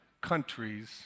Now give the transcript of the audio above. countries